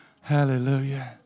Hallelujah